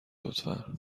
لطفا